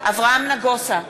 אברהם נגוסה,